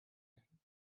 werden